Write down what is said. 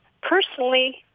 personally